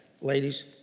ladies